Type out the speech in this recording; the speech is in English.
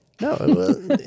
No